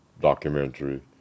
documentary